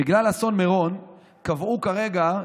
בגלל אסון מירון קבעו כרגע,